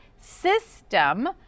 system